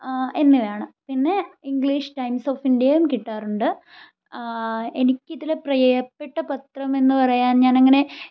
എന്നിവയാണ് പിന്നെ English Times of ഇന്ത്യയും കിട്ടാറുണ്ട് എനിക്കിതിൽ പ്രിയപ്പെട്ട പത്രം എന്ന് പറയാൻ ഞാനങ്ങനെ